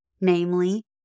namely